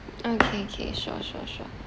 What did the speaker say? okay K K sure sure sure